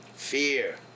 Fear